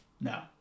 no